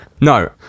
no